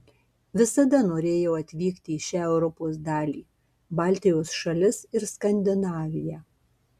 visada norėjau atvykti į šią europos dalį baltijos šalis ir skandinaviją